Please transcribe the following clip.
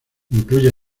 incluye